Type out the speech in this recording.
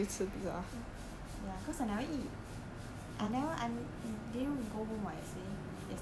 ya cause I never eat I never I didn't go home [what] yesterday yesterday yesterday also